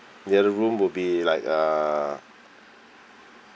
the other room would be like uh